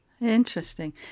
Interesting